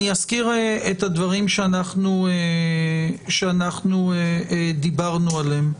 אני אזכיר את הדברים שאנחנו דיברנו עליהם.